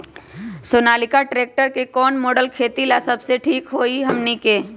Sonalika tractor के कौन model खेती ला सबसे ठीक होई हमने की?